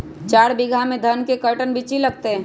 चार बीघा में धन के कर्टन बिच्ची लगतै?